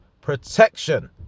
protection